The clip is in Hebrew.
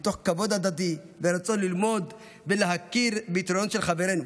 מתוך כבוד הדדי ורצון ללמוד ולהכיר ביתרונות של חברינו,